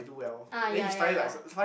ah ya ya ya